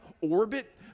orbit